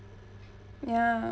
ya